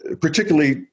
particularly